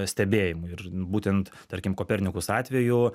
stebėjimui ir būtent tarkim kopernikus atveju